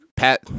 Pat